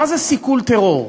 מה זה סיכול טרור?